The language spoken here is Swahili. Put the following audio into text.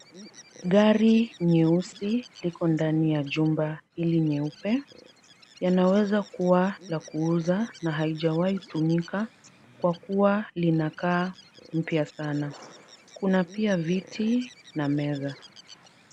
Gari nyeusi liko ndani ya jumba hili nyeupe. Yanaweza kuwa la kuuza na haijawahi tumika kwa kuwa linakaa mpya sana. Kuna pia viti na meza.